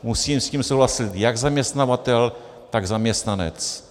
Musí s tím souhlasit jak zaměstnavatel, tak zaměstnanec.